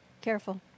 careful